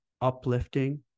uplifting